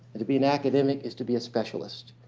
to be an academic is to be a specialist.